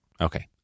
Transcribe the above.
okay